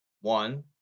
One